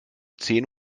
zehn